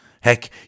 Heck